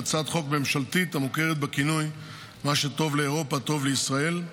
שהיא הצעת חוק ממשלתית המוכרת בכינוי "מה שטוב לאירופה טוב לישראל",